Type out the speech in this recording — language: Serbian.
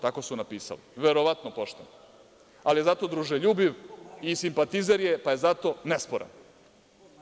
Tako su napisali - verovatno pošten, ali je zato druželjubiv i simpatizer je, pa je zato nesporan.